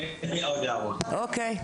אוקיי.